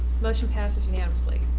motion passes unanimously.